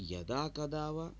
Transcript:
यदा कदा वा